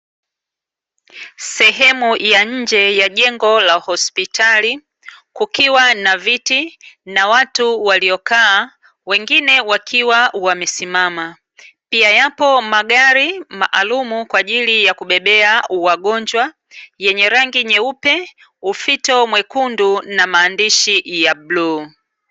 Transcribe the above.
Sehemu ya nje ya jengo la hospitali, kukiwa na viti na watu waliokaa wengine wakiwa wamesimama. Pia yapo magari maalumu kwa ajili ya kubebea wagonjwa, yenye rangi nyeupe, ufito mwekundu na maandishi ya bluu.